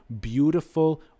beautiful